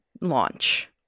launch